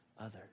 others